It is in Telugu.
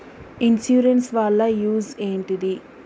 ఇన్సూరెన్స్ వాళ్ల యూజ్ ఏంటిది?